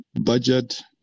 budget